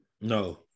No